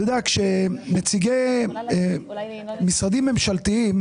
כשנציגי משרדים ממשלתיים